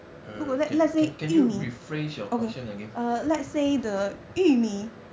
err can can can you rephrase your question again